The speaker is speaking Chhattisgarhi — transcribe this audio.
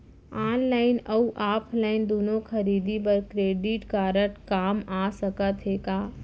ऑनलाइन अऊ ऑफलाइन दूनो खरीदी बर क्रेडिट कारड काम आप सकत हे का?